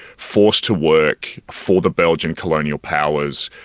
forced to work for the belgian colonial powers,